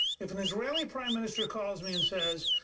if an israeli prime minister calls me and says,